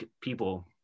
people